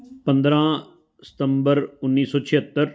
ਪੰਦਰ੍ਹਾਂ ਸਤੰਬਰ ਉੱਨੀ ਸੌ ਛਿਹੱਤਰ